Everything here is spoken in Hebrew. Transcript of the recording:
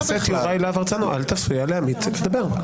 חבר הכנסת יוראי להב הרצנו, אל תפריע לעמית לדבר.